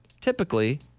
Typically